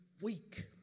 weak